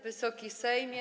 Wysoki Sejmie!